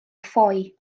ffoi